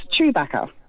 Chewbacca